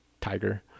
tiger